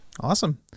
Awesome